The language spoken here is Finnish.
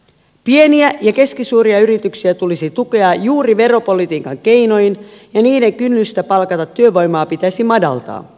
pieniä ja keskisuuria yrityksiä tulisi tukea juuri veropolitiikan keinoin ja niiden kynnystä palkata työvoimaa pitäisi madaltaa